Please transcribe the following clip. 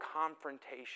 confrontation